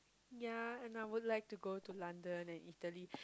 ya and I would like to go to London and Italy